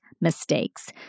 mistakes